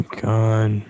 god